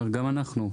גם אנחנו,